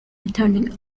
returning